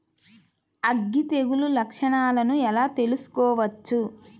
అగ్గి తెగులు లక్షణాలను ఎలా తెలుసుకోవచ్చు?